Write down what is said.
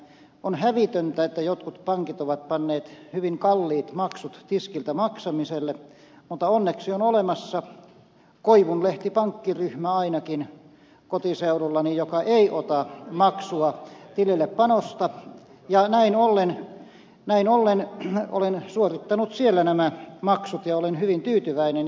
on hävitöntä että jotkut pankit ovat panneet hyvin kalliit maksut tiskiltä maksamiselle mutta onneksi ainakin kotiseudullani on olemassa koivunlehti pankkiryhmä joka ei ota maksua tilillepanosta ja näin ollen olen suorittanut siellä nämä maksut ja olen hyvin tyytyväinen